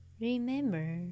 Remember